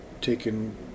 taken